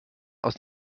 aus